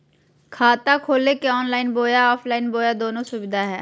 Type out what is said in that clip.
खाता खोले के ऑनलाइन बोया ऑफलाइन बोया दोनो सुविधा है?